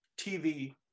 TV